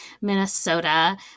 Minnesota